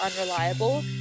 unreliable